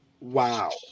wow